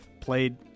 played